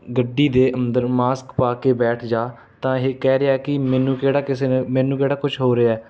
ਗੱਡੀ ਦੇ ਅੰਦਰ ਮਾਸਕ ਪਾ ਕੇ ਬੈਠ ਜਾ ਤਾਂ ਇਹ ਕਹਿ ਰਿਹਾ ਕਿ ਮੈਨੂੰ ਕਿਹੜਾ ਕਿਸੇ ਨੇ ਮੈਨੂੰ ਕਿਹੜਾ ਕੁਛ ਹੋ ਰਿਹਾ